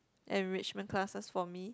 enrichment classes for me